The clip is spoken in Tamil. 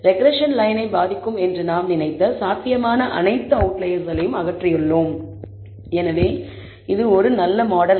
ரெக்ரெஸ்ஸன் லயனை பாதிக்கும் என்று நாம் நினைத்த சாத்தியமான அனைத்து அவுட்லயர்ஸ்களையும் அகற்றியுள்ளோம் எனவே இது ஒரு நல்ல மாடல்